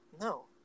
No